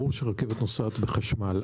ברור שרכבת נוסעת על חשמל.